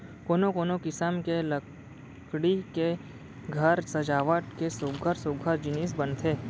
कोनो कोनो किसम के लकड़ी ले घर सजावट के सुग्घर सुग्घर जिनिस बनथे